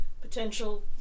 potential